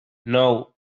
nou